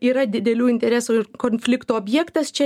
yra didelių interesų ir konfliktų objektas čia